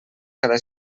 cada